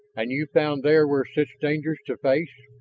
and you found there were such dangers to face?